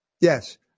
Yes